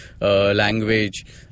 language